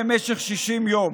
נפש עייפה.